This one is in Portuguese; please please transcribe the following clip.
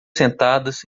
sentadas